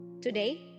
today